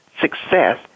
success